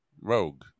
Rogue